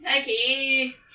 Okay